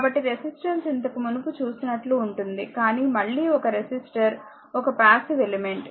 కాబట్టి రెసిస్టెన్స్ ఇంతకు మునుపు చూసినట్లు ఉంటుంది కాని మళ్ళీ ఒక రెసిస్టర్ ఒక పాసివ్ ఎలిమెంట్